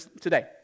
today